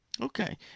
Okay